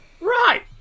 Right